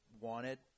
wanted